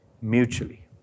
mutually